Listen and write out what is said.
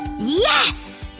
yes!